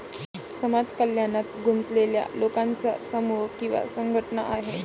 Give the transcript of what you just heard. समाज कल्याणात गुंतलेल्या लोकांचा समूह किंवा संघटना आहे